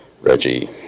reggie